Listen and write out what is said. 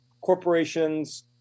corporations